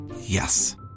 yes